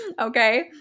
okay